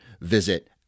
visit